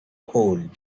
hold